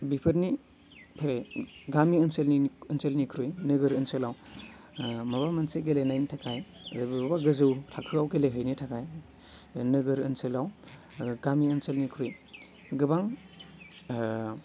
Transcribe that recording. बिफोरनि थाखाय गामि ओनसोलनि ओनसोलनिख्रुइ नोगोर ओनसोलाव माबा मोनसे गेलेनायनि थाखाय बबेबा गोजौ थाखोआव गेलेहैनो थाखाय नोगोर ओनसोलाव गामि ओनसोलनिख्रुइ गोबां